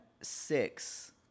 six